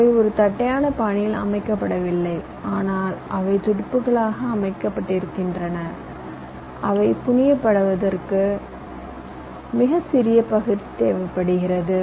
அவை ஒரு தட்டையான பாணியில் அமைக்கப்படவில்லை ஆனால் அவை துடுப்புகளாக அமைக்கப்பட்டிருக்கின்றன அவை புனையப்படுவதற்கு மிகச் சிறிய பகுதி தேவைப்படுகிறது